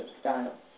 style